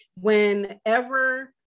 whenever